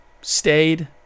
Stayed